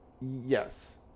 Yes